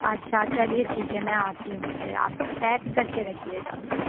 اچھا چلیے ٹھیک ہے میں آتی ہوں پھر آپ پیک کر کے رکھیے گا